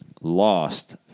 lost